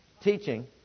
teaching